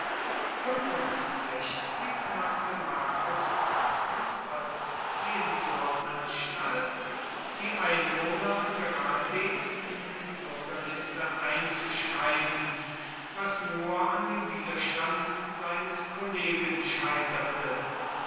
machte marcus crassus als zensor anstalt die einwohner geradewegs in die bürgerliste einzuschreiben was nur an dem widerstand seines kollegen scheiterte